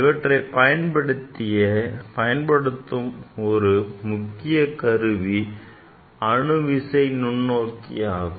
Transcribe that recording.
இவற்றைப் பயன்படுத்தும் ஒரு முக்கிய கருவி அணுவிசை நுண்ணோக்கி ஆகும்